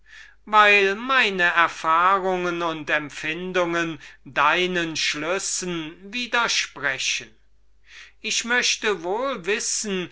weil meine erfahrung und empfindung deinen schlüssen widerspricht ich möchte wohl wissen